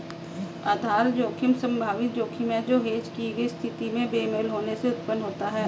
आधार जोखिम संभावित जोखिम है जो हेज की गई स्थिति में बेमेल होने से उत्पन्न होता है